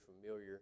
familiar